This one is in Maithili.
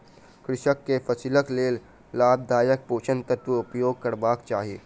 कृषक के फसिलक लेल लाभदायक पोषक तत्वक उपयोग करबाक चाही